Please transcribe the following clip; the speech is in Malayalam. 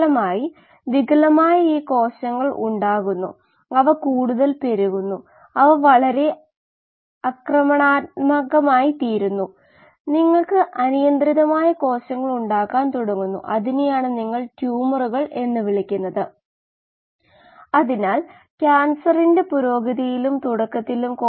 അതിനാൽ എല്ലാം പൂജ്യത്തിലേക്ക് പോകുന്നു അപ്പോൾ പകരം കൊടുക്കുക സാധാരണയായി ഇൻലെറ്റ് ഔട്ട്ലെറ്റ് സാന്ദ്രത ഒന്നുതന്നെയാണ് സ്ഥിരവും ആണ് അതിനാൽ നമുക്ക് അവ ഡെറിവേറ്റീവിൽ നിന്ന് പുറത്തെടുക്കാം